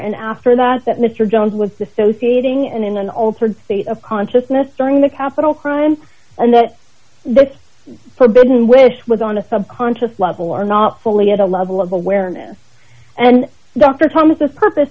and after that that mr jones was dissociating and in an altered state of consciousness during the capital crime and that this forbidden wish was on a subconscious level or not fully at a level of awareness and dr thomas purpose